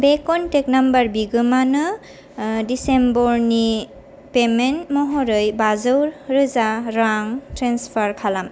बे contact number बिगोमानो डिसेम्बरनि पेमेन्ट महरै बाजौरोजा रां ट्रेन्सफार खालाम